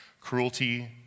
cruelty